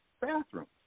bathrooms